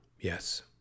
Yes